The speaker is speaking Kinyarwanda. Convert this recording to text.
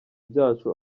byacu